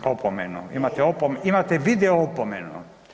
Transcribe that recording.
Opomenu, imate video opomenu.